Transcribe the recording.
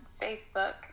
Facebook